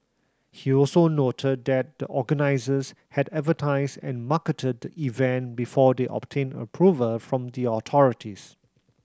he also noted that the organisers had advertised and marketed the event before they obtained approval from the authorities